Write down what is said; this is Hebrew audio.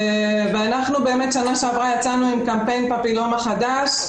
ואנחנו באמת בשנה שעברה יצאנו עם קמפיין פפילומה חדש.